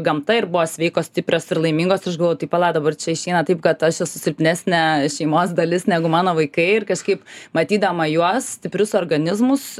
gamta ir buvo sveikos stiprios ir laimingos ir aš galvoju tai pala dabar čia išeina taip kad aš esu silpnesnė šeimos dalis negu mano vaikai ir kažkaip matydama juos stiprius organizmus